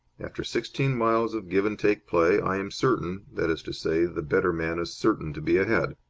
after sixteen miles of give-and-take play, i am certain that is to say, the better man is certain to be ahead.